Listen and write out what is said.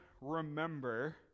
remember